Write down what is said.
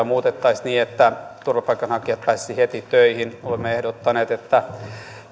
muutettaisiin niin että turvapaikanhakijat pääsisivät heti töihin olemme ehdottaneet että